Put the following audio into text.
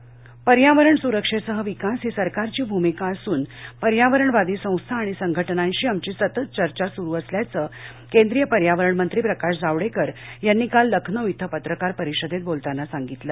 जावडेकर पर्यावरण सुरक्षेसह विकास ही सरकारची भूमिका असून पर्यावरणवादी संस्था आणि संघटनांशी आमची सतत चर्चा सुरु असल्याचं केंद्रीय पर्यावरण मंत्री प्रकाश जावडेकर यांनी काल लखनौ शि पत्रकार परिषदेत बोलताना सांगितलं